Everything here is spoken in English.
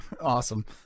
Awesome